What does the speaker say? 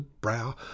brow